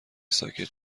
ساکت